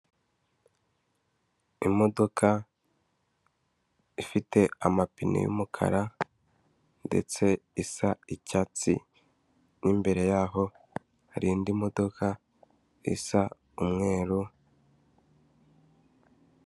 Imodoka ifite amapine y'umukara, ndetse isa icyatsi, mo imbere yaho hari indi modoka isa umweru.